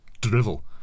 drivel